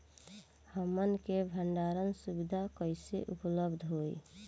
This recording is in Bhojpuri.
हमन के भंडारण सुविधा कइसे उपलब्ध होई?